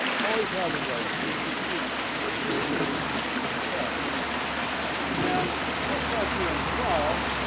ah aways have a yellow pad it can be white doesn't have to be yellow, but you've got a pad and it's just like you're in trial,